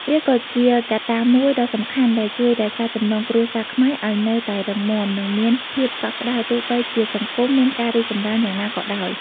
វាក៏ជាកត្តាមួយដ៏សំខាន់ដែលជួយរក្សាចំណងគ្រួសារខ្មែរឲ្យនៅតែរឹងមាំ និងមានភាពកក់ក្តៅ ទោះបីជាសង្គមមានការរីកចម្រើនយ៉ាងណាក៏ដោយ។